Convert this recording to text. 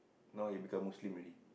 now he become Muslim already